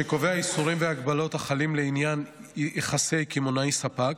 שקובע איסורים והגבלות החלים לעניין יחסי קמעוני ספק,